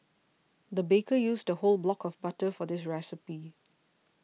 the baker used a whole block of butter for this recipe